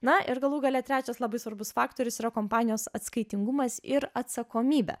na ir galų gale trečias labai svarbus faktorius yra kompanijos atskaitingumas ir atsakomybė